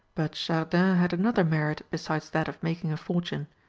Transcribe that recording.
but chardin had another merit besides that of making a fortune.